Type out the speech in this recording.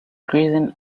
grazing